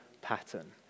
pattern